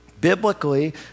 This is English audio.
Biblically